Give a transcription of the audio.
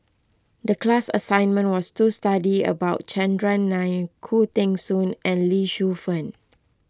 the class assignment was to study about Chandran Nair Khoo Teng Soon and Lee Shu Fen